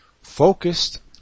focused